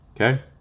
okay